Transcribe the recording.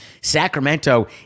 Sacramento